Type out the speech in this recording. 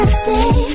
stay